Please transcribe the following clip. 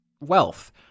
wealth